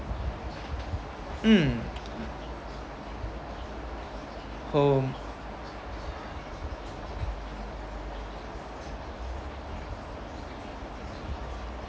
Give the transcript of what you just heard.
mm oh